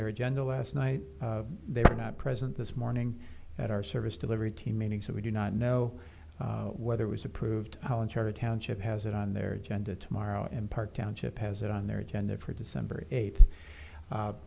their agenda last night they were not present this morning at our service delivery team meeting so we do not know whether it was approved township has it on their agenda tomorrow in part township has it on their agenda for december eighth a